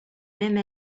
même